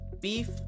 beef